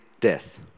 death